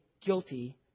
guilty